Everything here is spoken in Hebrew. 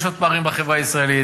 יש עוד פערים בחברה הישראלית,